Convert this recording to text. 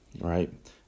Right